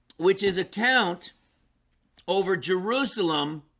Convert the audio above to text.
which is a count over jerusalem